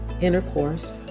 intercourse